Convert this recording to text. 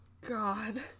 god